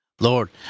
Lord